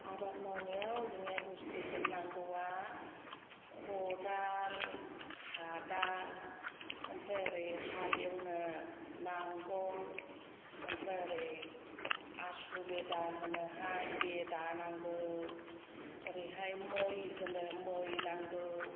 आबाद मावनायाव जोंनो बुस्थुफोर नांगौआ खदाल खादा ओमफ्राय ओरै हाल एवनो नांगोल ओमफ्राय ओरै आसु बेदा होनोहाय बेदा नांगौ ओरैहाय मै होनो मै नांगौ